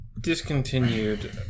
discontinued